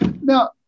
Now